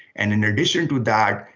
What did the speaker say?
and in addition to that,